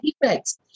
effects